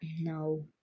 No